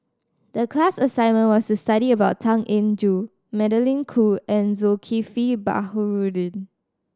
the class assignment was to study about Tan Eng Joo Magdalene Khoo and Zulkifli Baharudin